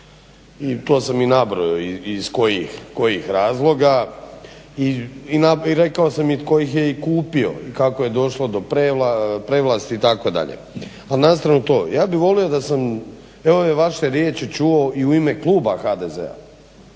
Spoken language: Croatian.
i to sam nabrojao iz kojih razloga, i rekao sam i tko ih je i kupio i kako je došlo do prevlasti itd. Ali na stranu to. Ja bih volio da sam ove vaše riječi čuo i u ime kluba HDZ-a,